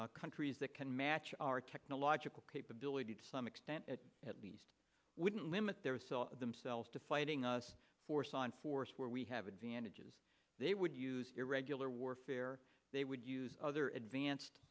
countries that can match our technological capability to some extent it at least wouldn't limit their themselves to fighting us force on force where we have advantages they would use irregular warfare they would use other advanced